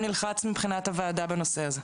אנחנו גם נלחץ מבחינת הוועדה בנושא זה.